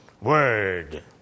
word